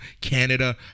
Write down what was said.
Canada